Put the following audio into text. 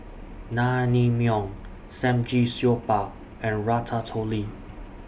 Naengmyeon Samgyeopsal and Ratatouille